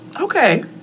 okay